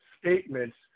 statements